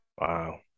Wow